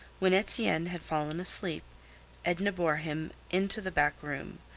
when etienne had fallen asleep edna bore him into the back room,